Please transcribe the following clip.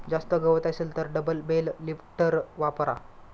जास्त गवत असेल तर डबल बेल लिफ्टर वापरा